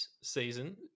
season